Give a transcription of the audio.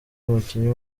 umukinnyi